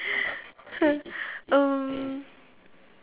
um